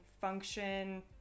function